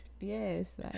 Yes